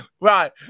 right